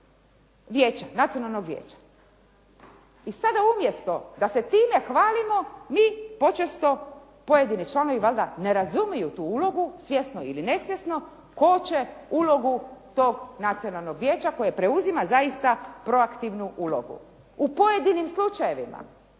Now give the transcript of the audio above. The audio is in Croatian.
I sada umjetno da se time hvalimo, mi počesto pojedini članovi valjda ne razumiju tu ulogu, svjesno ili nesvjesno koče ulogu tog Nacionalnog vijeća koje preuzima zaista proaktivnu ulogu. U pojedinim slučajevima